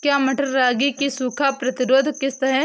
क्या मटर रागी की सूखा प्रतिरोध किश्त है?